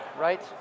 right